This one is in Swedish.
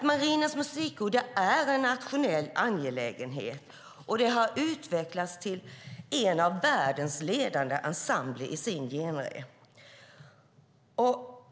Marinens Musikkår är en nationell angelägenhet, och den har utvecklats till en av världens ledande ensembler i sin genre.